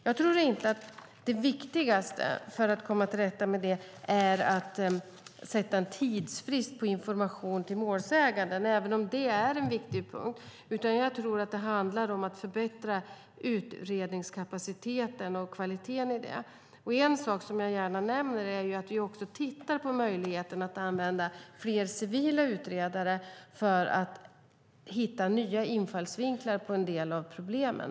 Jag tror inte att det viktigaste för att komma till rätta med problemen är att sätta en tidsfrist för information till målsäganden, även om det är en viktig punkt, utan jag tror att det handlar om att förbättra kvaliteten i utredningskapaciteten. Jag nämner gärna att vi också tittar på möjligheten att använda fler civila utredare för att hitta nya infallsvinklar på en del av problemen.